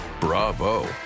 Bravo